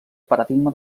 paradigma